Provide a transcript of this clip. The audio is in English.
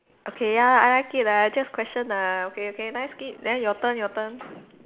okay ya I like it lah just question ah okay okay 来 skip then your turn your turn